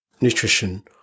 nutrition